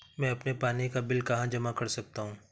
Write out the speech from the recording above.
मैं अपने पानी का बिल कहाँ जमा कर सकता हूँ?